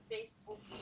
Facebook